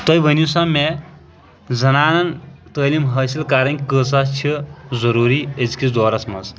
تُہۍ ؤنیو سا مےٚ زنانن تعلیٖم حٲصِل کَرٕنۍ کۭژاہ چھِ ضروٗری أزکِس دورَس منٛز